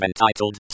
entitled